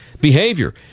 behavior